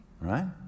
right